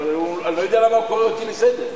אני לא יודע למה הוא קורא אותי לסדר,